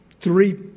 three